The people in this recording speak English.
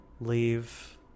leave